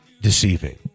deceiving